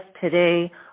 today